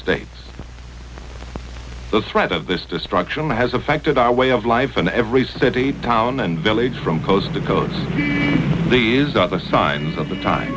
states the threat of this destruction has affected our way of life in every city town and village from coast to coast the is a sign of the time